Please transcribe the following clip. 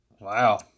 Wow